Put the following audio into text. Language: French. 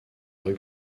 rue